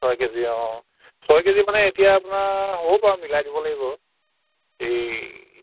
ছয় কেজি অঁ ছয় কেজি মানে এতিয়া আপোনাৰ হ'ব বাৰু মিলাই দিব লাগিব আৰু এই